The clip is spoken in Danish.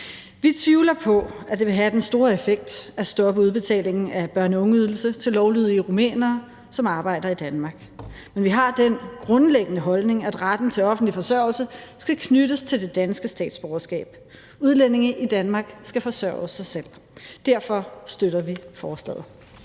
Vi tvivler på, at det vil have den store effekt at stoppe udbetalingen af børne- og ungeydelse til lovlydige rumænere, som arbejder i Danmark. Men vi har den grundlæggende holdning, at retten til offentlig forsørgelse skal knyttes til det danske statsborgerskab. Udlændinge i Danmark skal forsørge sig selv. Derfor støtter vi forslaget.